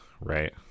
right